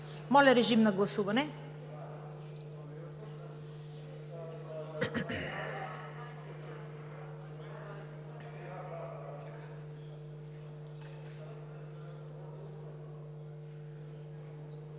Моля, режим на гласуване.